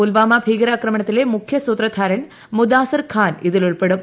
പുൽവാമ ഭീകരാക്രമണത്തിലെ മുഖ്യസ്യൂത്ധാർൻ മുദാസിർ ഖാൻ ഇതിലുൾപ്പെടും